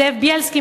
זאב בילסקי,